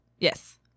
Yes